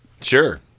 Sure